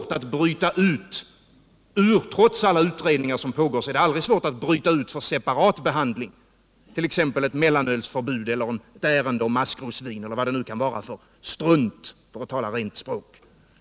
Trots alla utredningar som pågår är det inte svårt att för separat behandling bryta utt.ex. ett mellanölsförbud eller ett ärende om maskrosvin eller vad det nu kan vara för strunt, för att tala rent språk.